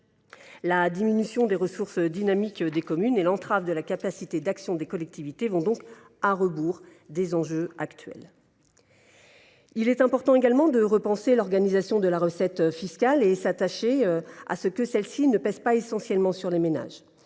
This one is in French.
La diminution des ressources dynamiques des communes et l’entrave de la capacité d’action des collectivités vont donc à rebours des enjeux actuels. Il importe également de repenser l’organisation de la recette fiscale et de s’attacher à faire en sorte que celle-ci ne pèse pas essentiellement sur les ménages.